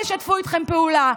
כולם ישתפו איתכם פעולה.